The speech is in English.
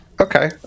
okay